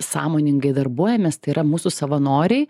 sąmoningai darbuojamės tai yra mūsų savanoriai